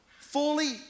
fully